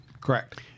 Correct